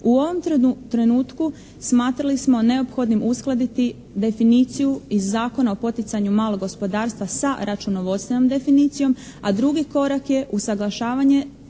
U ovom trenutku smatrali smo neophodnim uskladiti definiciju iz Zakona o poticanju malog gospodarstva sa računovodstvenom definicijom, a drugi korak je usaglašavanje